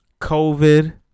COVID